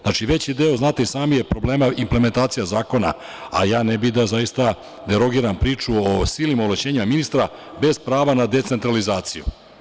Znači, veći deo znate i sami je problem implementacije zakona, a ja ne bih da zaista derogiram priču o silnim ovlašćenjima ministra bez prava na decentralizaciju.